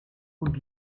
und